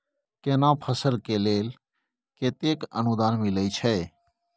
केना फसल के लेल केतेक अनुदान मिलै छै?